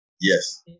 Yes